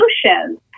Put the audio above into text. solutions